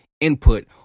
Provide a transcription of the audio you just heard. input